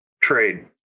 trade